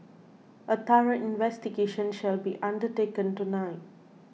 a thorough investigation shall be undertaken tonight